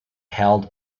held